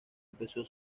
empezó